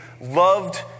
loved